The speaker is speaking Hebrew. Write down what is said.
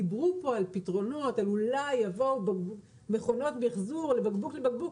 דיברו פה על פתרונות ושאולי יגיעו מכונות מיחזור לבקבוק-בקבוק